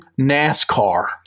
NASCAR